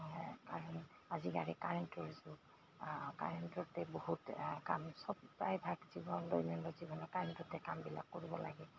কাৰণ আজিকালি কাৰেণ্টৰ যুগ কাৰেণ্টতে বহুত কাম চব প্ৰায়ভাগ জীৱন দৈনন্দিন জীৱনৰ কাৰেণ্টতে কামবিলাক কৰিব লাগে